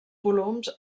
volums